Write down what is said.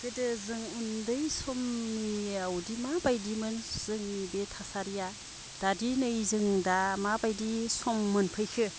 गोदो जों उन्दै समानियावदि माबायदिमोन जोंनि बे थासारिया दादि नै जों दा माबायदि सम मोनफैखो